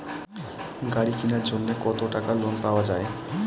গাড়ি কিনার জন্যে কতো টাকা লোন পাওয়া য়ায়?